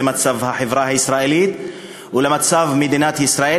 מצב החברה הישראלית ומצב מדינת ישראל,